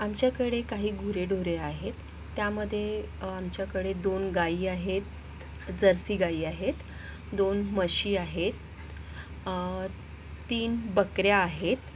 आमच्याकडे काही गुरेढोरे आहेत त्यामधे आमच्याकडे दोन गायी आहेत जर्सी गायी आहेत दोन म्हशी आहेत तीन बकऱ्या आहेत